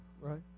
right